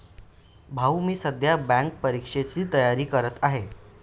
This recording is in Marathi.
भाऊ मी सध्या बँक परीक्षेची तयारी करत आहे